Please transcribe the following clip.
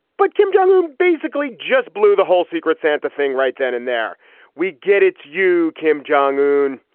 but kim jong un basically just blew the whole secret santa thing right then. and there we get it's you. kim jong un.